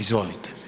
Izvolite.